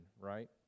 right